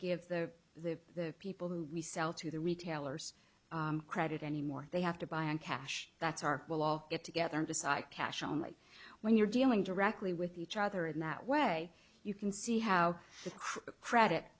give the the people who we sell to the retailers credit anymore they have to buy in cash that's our will all get together and decide cash only when you're dealing directly with each other in that way you can see how the credit